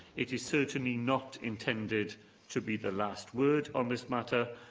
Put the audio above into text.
it is certainly not intended to be the last word on this matter,